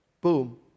boom